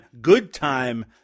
good-time